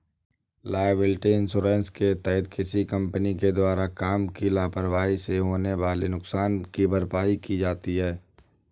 liability insurance के तहत किसी कंपनी के द्वारा काम की लापरवाही से होने वाले नुकसान की भरपाई की जाती है